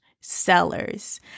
Sellers